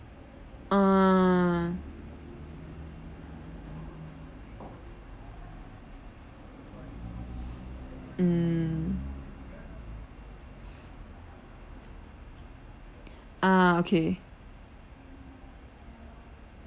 ah mm ah okay